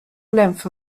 length